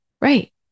Right